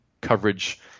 coverage